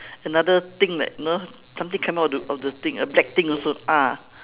another thing like you know something come out of the of the thing a black thing also ah